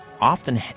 often